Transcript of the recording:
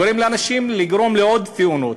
גורם לאנשים לגרום לעוד תאונות.